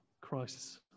crisis